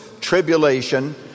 Tribulation